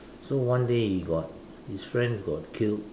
so one day he got his friend got killed